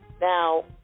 now